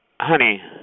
Honey